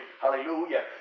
hallelujah